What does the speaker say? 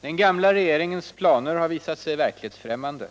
Den gamla regeringens planer har visat sig verklighetsfrimmande.